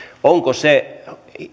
onko se